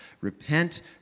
Repent